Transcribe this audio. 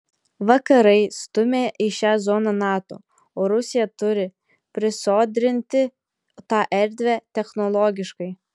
vakarai stumia į šią zoną nato o rusija turi prisodrinti tą erdvę technologiškai